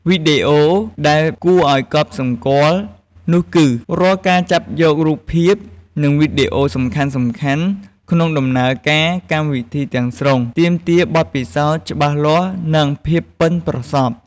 វីដេអូដែលគួរឲ្យកត់សម្គាល់នោះគឺ រាល់ការចាប់យករូបភាព និងវីដេអូសំខាន់ៗក្នុងដំណើរការកម្មវិធីទាំងស្រុង ទាមទារបទពិសោធន៍ច្បាស់លាស់ និងភាពប៉ិនប្រសប់។